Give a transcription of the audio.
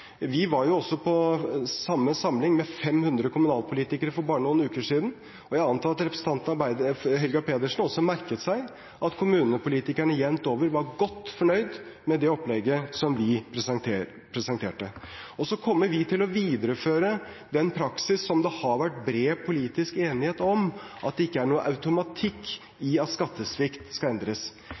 Vi var jo også på samme samling med 500 kommunalpolitikere for bare noen uker siden, og jeg antar at representanten fra Arbeiderpartiet, Helga Pedersen, også merket seg at kommunepolitikerne jevnt over var godt fornøyd med det opplegget som vi presenterte. Så kommer vi til å videreføre den praksis som det har vært bred politisk enighet om, at det ikke er noen automatikk i at skattesvikt skal endres.